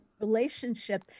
relationship